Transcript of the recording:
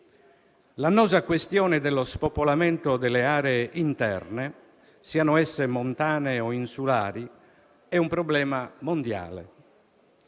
L'annosa questione dello spopolamento delle aree interne, siano esse montane o insulari, è un problema mondiale.